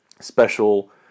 special